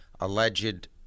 alleged